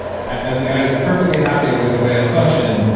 as a guy who's perfectly happy with the way i function,